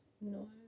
No